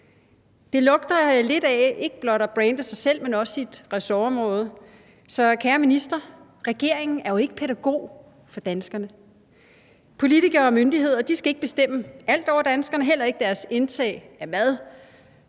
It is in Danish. Det lugter lidt af at brande ikke blot sig selv, men også sit ressortområde. Så kære minister: Regeringen er jo ikke pædagog for danskerne. Politikere og myndigheder skal ikke bestemme over danskerne i alt, heller ikke deres indtag af mad.